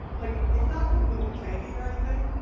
like, it's not completely tanking or anything,